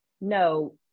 no